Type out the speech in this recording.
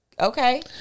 okay